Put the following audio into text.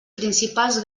principals